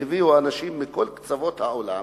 שהביאו אנשים מכל קצוות העולם